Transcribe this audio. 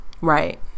Right